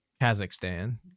Kazakhstan